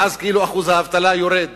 ואז כאילו שיעור האבטלה יורד